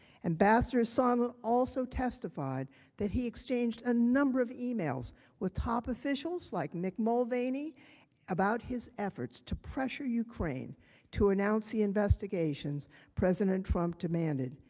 ambassador sondland also testified he exchanged a number of emails with top officials like mick mulvaney about his efforts to pressure ukraine to announce the investigation president trump demanded.